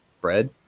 bread